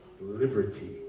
liberty